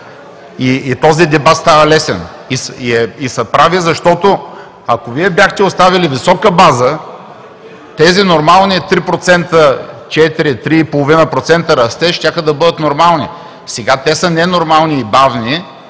И този дебат става лесен. И са прави, защото, ако Вие бяхте оставили висока база, тези нормални 3, 3,5 – 4% растеж, щяха да бъдат нормални. Сега те са ненормални и бавни,